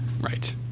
Right